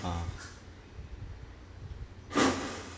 ah